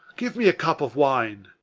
give me a cup of wine.